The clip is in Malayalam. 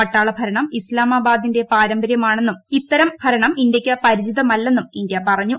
പട്ടാള ഭരണം ഇസ്താമാബാദിന്റെ പാരമ്പരൃമാണെന്നും അത്തരം ഭരണം ഇന്ത്യയ്ക്ക് പരിചിതമല്ലെന്നും ഇന്ത്യ പറഞ്ഞു